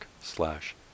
slash